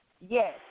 Yes